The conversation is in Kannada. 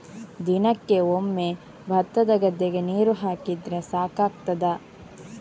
ದಿನಕ್ಕೆ ಒಮ್ಮೆ ಭತ್ತದ ಗದ್ದೆಗೆ ನೀರು ಹಾಕಿದ್ರೆ ಸಾಕಾಗ್ತದ?